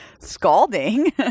scalding